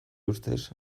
ustez